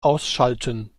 ausschalten